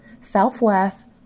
self-worth